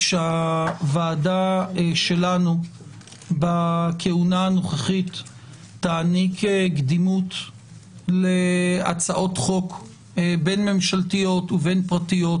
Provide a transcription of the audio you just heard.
שהוועדה שלנו בכהונה הנוכחית תעניק קדימות להצעות חוק ממשלתיות ופרטיות